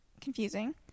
confusing